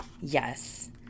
yes